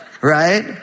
Right